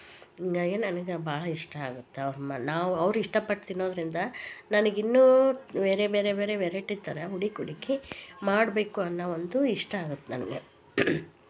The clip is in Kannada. ಹೀಗಾಗಿ ನನ್ಗ ಭಾಳ್ ಇಷ್ಟ ಆಗುತ್ತೆ ಅವ್ ನಾವು ಅವ್ರ ಇಷ್ಟಪಟ್ಟು ತಿನ್ನೋದರಿಂದ ನನಗಿನ್ನೂ ಬೇರೆ ಬೇರೆ ಬೇರೆ ಬೇರೆ ವೆರೈಟಿ ಥರ ಹುಡುಕಿ ಹುಡುಕಿ ಮಾಡ್ಬೇಕು ಅನ್ನೋ ಒಂದು ಇಷ್ಟ ಆಗುತ್ತೆ ನನಗೆ